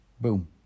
Boom